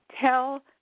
tell